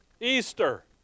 Easter